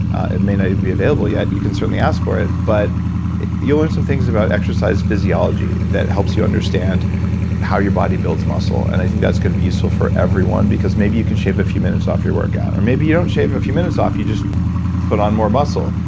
and may not even be available yet, you can certainly ask for it. but you'll learn some things about exercise physiology that helps you understand how your body builds muscle and i think that's going to be useful for everyone, because maybe you can shave a few minutes off your workout. or maybe you don't shave a few minutes off, you just put on more muscle,